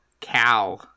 Cow